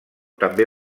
també